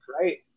right